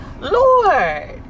Lord